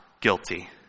guilty